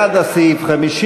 בעד הסעיף,